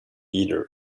either